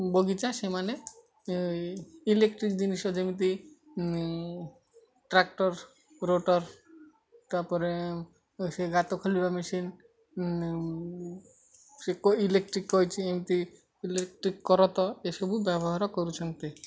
ବଗିଚା ସେମାନେ ଇଲେକ୍ଟ୍ରିକ୍ ଜିନିଷ ଯେମିତି ଟ୍ରାକ୍ଟର ରୋଟର ତାପରେ ସେ ଗାତ ଖୋଳିବା ମେସିନ୍ ସେ ଇଲେକ୍ଟ୍ରିକ୍ କହିଛି ଏମିତି ଇଲେକ୍ଟ୍ରିକ୍ କରତ ଏସବୁ ବ୍ୟବହାର କରୁଛନ୍ତି